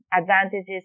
advantages